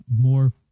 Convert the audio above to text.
more